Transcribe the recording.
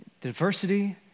diversity